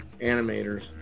Animators